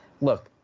look